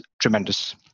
tremendous